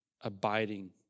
abiding